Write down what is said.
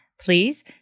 Please